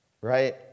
right